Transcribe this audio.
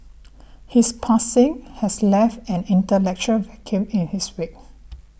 his passing has left an intellectual vacuum in his wake